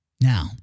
Now